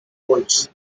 goals